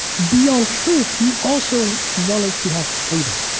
beyond truth, he also wanted to have freedom.